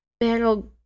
Pero